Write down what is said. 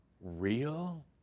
real